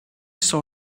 saw